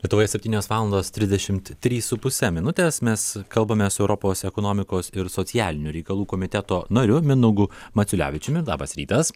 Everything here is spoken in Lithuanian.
lietuvoje septynios valandos trisdešimt trys su puse minutės mes kalbame su europos ekonomikos ir socialinių reikalų komiteto nariu mindaugu maciulevičiumi labas rytas